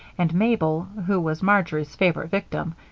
and mabel, who was marjory's favorite victim,